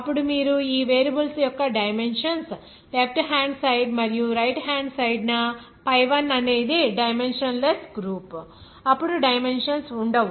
అప్పుడు మీరు ఈ వేరియబుల్స్ యొక్క డైమెన్షన్స్ లెఫ్ట్ హ్యాండ్ సైడ్ మరియు రైట్ హ్యాండ్ సైడ్ న pi1 అనేది డైమెన్షన్ లెస్ గ్రూప్ అప్పుడు డైమెన్షన్స్ ఉండవు